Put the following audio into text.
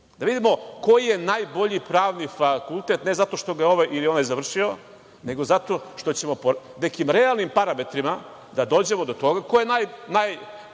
da vidimo koji je najbolji pravni fakultet, ne zato što ga je ovaj ili onaj završio, nego zato što ćemo po nekim realnim parametrima da dođemo do toga ko je najbolji,